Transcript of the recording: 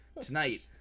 tonight